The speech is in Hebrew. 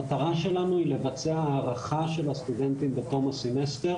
המטרה שלנו היא לבצע הערכה של הסטודנטים בתום הסמסטר